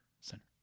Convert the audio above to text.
Center